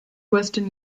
western